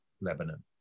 Lebanon